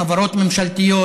חברות ממשלתיות.